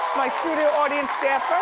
my studio audience stand